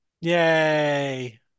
Yay